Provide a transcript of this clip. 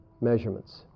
measurements